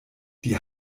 die